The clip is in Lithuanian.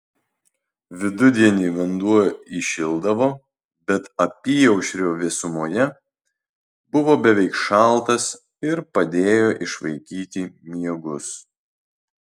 vidudienį vanduo įšildavo bet apyaušrio vėsumoje buvo beveik šaltas ir padėjo išvaikyti miegus